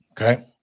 Okay